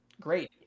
great